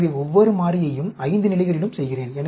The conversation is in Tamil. எனவே ஒவ்வொரு மாறியையும் 5 நிலைகளிலும் செய்கிறேன்